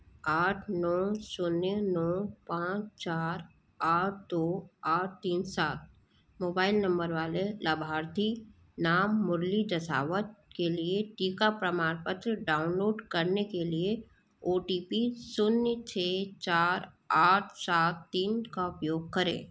आठ नौ शून्य नौ पाँच चार आठ दो आठ तीन सात मोबाइल नंबर वाले लाभार्थी नाम मुरली जसावत के लिए टीका प्रमाणपत्र डाउनलोड करने के लिए ओ टी पी शून्य छ चार आठ सात तीन का उपयोग करें